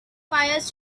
fires